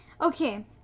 okay